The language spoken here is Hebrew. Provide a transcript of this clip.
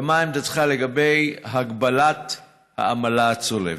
3. מהי עמדתך לגבי הגבלת העמלה הצולבת?